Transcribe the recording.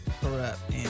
Corrupt